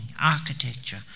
architecture